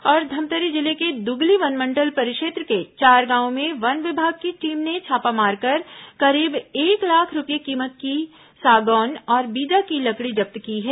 और धमतरी जिले के दुगली वनमंडल परिक्षेत्र के चार गांव में वन विभाग की टीम ने छापा मारकर करीब एक लाख रूपये कीमत की सागौन और बीजा की लकड़ी जब्त की है